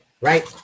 Right